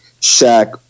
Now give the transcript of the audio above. Shaq